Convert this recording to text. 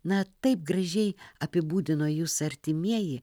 na taip gražiai apibūdino jus artimieji